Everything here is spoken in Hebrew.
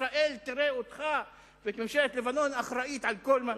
ישראל תראה אותו ואת ממשלת לבנון אחראית לכל מה,